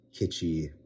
kitschy